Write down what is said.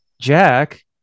Jack